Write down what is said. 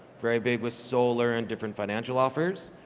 very big with solar and different financial offers.